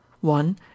One